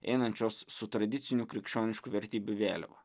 einančios su tradicinių krikščioniškų vertybių vėliava